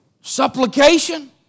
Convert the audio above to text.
supplication